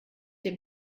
dem